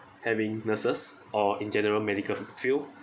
having nurses or in general medical field